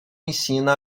ensina